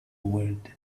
word